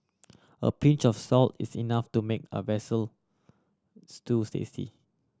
a pinch of salt is enough to make a stew tasty